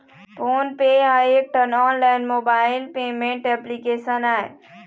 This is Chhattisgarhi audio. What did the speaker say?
फोन पे ह एकठन ऑनलाइन मोबाइल पेमेंट एप्लीकेसन आय